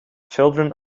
children